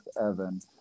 Evan